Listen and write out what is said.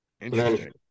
Interesting